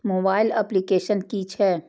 Mobile application कि छै?